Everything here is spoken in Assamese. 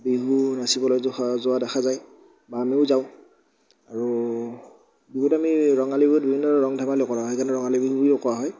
বিহু নাচিবলৈ অহা যোৱা দেখা যায় বা আমিও যাওঁ আৰু বিহুত আমি ৰঙালী বিহুত বিভিন্ন ৰং ধেমালিও কৰা হয় সেইকাৰণে ৰঙালী বিহু বুলিও কোৱা হয়